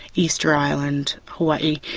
easter island, hawaii,